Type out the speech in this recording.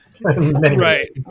Right